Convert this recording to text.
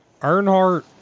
Earnhardt